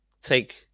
take